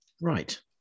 Right